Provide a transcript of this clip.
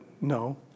no